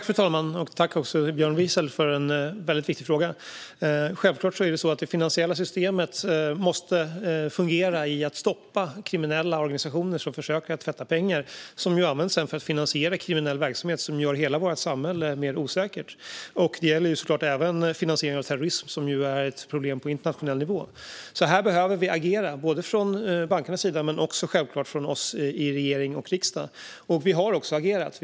Fru talman! Tack, Björn Wiechel, för en väldigt viktig fråga! Självklart är det så att det finansiella systemet måste fungera när det gäller att stoppa kriminella organisationer som försöker att tvätta pengar, som sedan används för att finansiera kriminell verksamhet som gör hela vårt samhälle mer osäkert. Det gäller såklart även finansiering av terrorism, som är ett problem på internationell nivå. Här behöver vi agera, både från bankernas sida och självklart också från oss i regering och riksdag. Vi har också agerat.